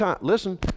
listen